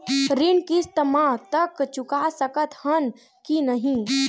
ऋण किस्त मा तक चुका सकत हन कि नहीं?